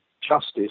justice